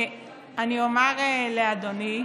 אני אומר לאדוני,